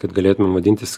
kad galėtumėm vadintis